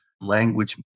language